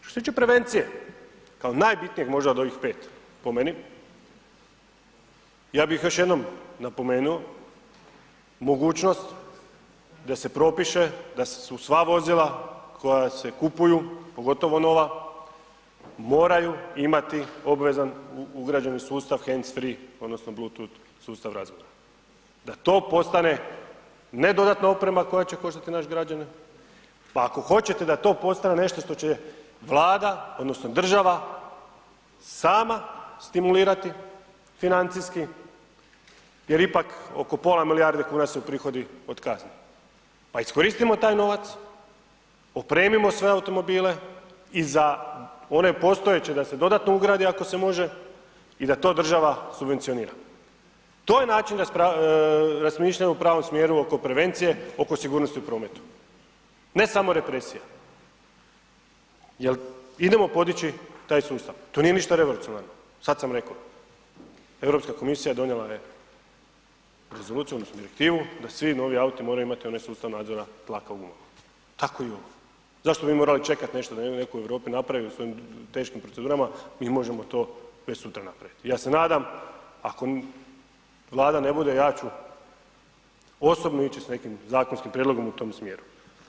Što se tiče prevencije, kao najbitnijeg možda od ovih 5 po meni, ja bih još jednom napomenuo mogućnost da se propiše da su sva vozila koja se kupuju, pogotovo nova, moraju imati obvezan ugrađeni sustav heinz free odnosno Bleutooth sustav razmjena da to postane, ne dodatna oprema koja će koštati naše građane, pa ako hoćete da to postane nešto što će Vlada odnosno država sama stimulirati financijski jer ipak oko pola milijardi su prihodi od kazni, pa iskoristimo taj novac, opremimo sve automobile i za one postojeće da se dodatno ugradi ako se može i da to država subvencionira, to je način razmišljanja u pravom smjeru oko prevencije, oko sigurnosti u prometu, ne samo represija jel idemo podići taj sustav, to nije ništa revolucionarno, sad sam reko Europska komisija donijela je rezoluciju odnosno direktivu da svi novi auti moraju imati onaj sustav nadzora tlaka u … [[Govornik se ne razumije]] tako i ovo, zašto bi morali čekat nešto da netko u Europi napravi svojim teškim procedurama, mi možemo to već sutra napravit i ja se nadam ako Vlada ne bude, ja ću osobno ići sa nekim zakonskim prijedlogom u tom smjeru.